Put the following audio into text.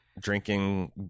drinking